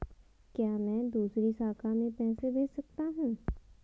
क्या मैं दूसरी शाखा में पैसे भेज सकता हूँ?